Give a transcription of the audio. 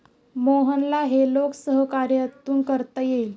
मोहनला हे लोकसहकार्यातून करता येईल